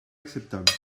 acceptable